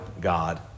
God